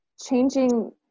changing